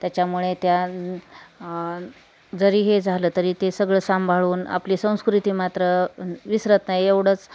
त्याच्यामुळे त्या जरी हे झालं तरी ते सगळं सांभाळून आपली संस्कृती मात्र विसरत नाही एवढंच